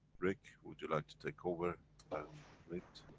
rick, would you like to take over and flint.